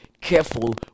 careful